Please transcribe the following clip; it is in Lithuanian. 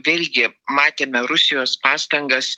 vėlgi matėme rusijos pastangas